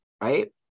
right